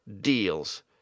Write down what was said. deals